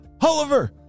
Oliver